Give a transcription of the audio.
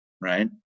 Right